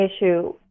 issue